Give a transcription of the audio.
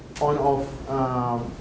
on-off